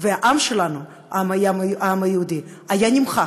והעם שלנו, העם היהודי, היה נמחק,